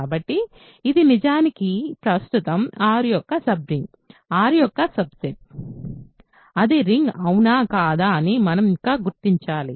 కాబట్టి ఇది నిజానికి ప్రస్తుతం R యొక్క సబ్ రింగ్ R యొక్క సబ్ సెట్ అది రింగ్ అవునా కాదా అని మనం ఇంకా గుర్తించాలి